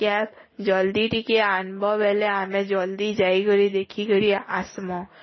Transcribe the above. cab ଜଲ୍ଦି ଟିକେ ଆନ୍ବ ବେଲେ ଆମେ ଜଲ୍ଦି ଯାଇ କରି ଦେଖିକରି ଆସ୍ମ